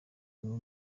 umwe